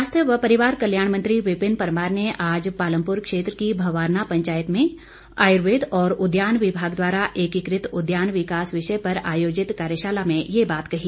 स्वास्थ्य व परिवार कल्याण मंत्री विपिन परमार ने आज पालमपुर क्षेत्र की भवारना पंचायत में आयुर्वेद और उद्यान विभाग द्वारा एकीकृत उद्यान विकास विषय पर आयोजित कार्यशाला में ये बात कही